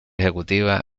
ejecutiva